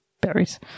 berries